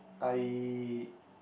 I